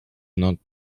not